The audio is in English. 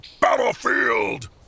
battlefield